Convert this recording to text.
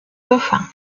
dauphins